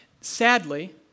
Sadly